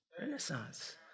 Renaissance